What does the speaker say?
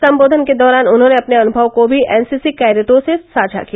सम्बोधन के दौरान उन्होंने अपने अनुमव को भी एनसीसी कैडेटों से साझा किया